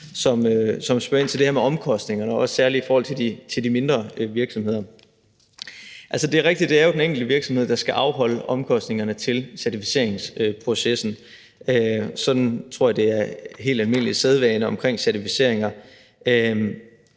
som spørger ind til det her med omkostningerne, også særlig i forhold til de mindre virksomheder. Altså, det er rigtigt, at det jo er den enkelte virksomhed, der skal afholde omkostningerne til certificeringsprocessen; det tror jeg er helt almindelig sædvane i forbindelse med certificeringer.